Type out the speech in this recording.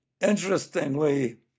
Interestingly